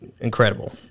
incredible